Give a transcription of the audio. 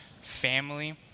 family